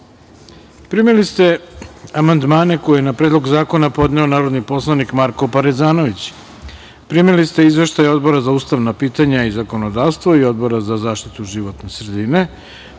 ste amandmane koje je na Predlog zakona podneo narodni poslanik Marko Parezanović. Primili ste Izveštaj Odbora za ustavna pitanja i zakonodavstvo i Odbora za zaštitu životne sredine. Pošto